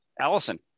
Allison